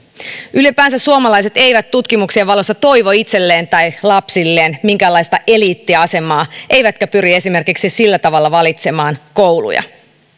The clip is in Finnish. ylipäänsä suomalaiset eivät tutkimuksien valossa toivo itselleen tai lapsilleen minkäänlaista eliittiasemaa eivätkä pyri esimerkiksi sillä tavalla valitsemaan kouluja